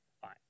Fine